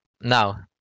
Now